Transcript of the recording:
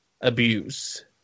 abuse